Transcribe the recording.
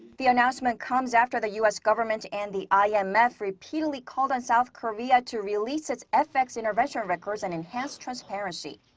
the announcement comes after the u s. government and the ah yeah um imf repeatedly called on south korea to release its fx intervention records and enhance transparency.